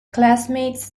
classmates